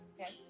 Okay